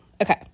Okay